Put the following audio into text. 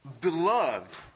Beloved